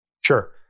Sure